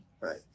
right